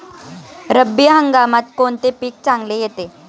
रब्बी हंगामात कोणते पीक चांगले येते?